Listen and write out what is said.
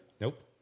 Nope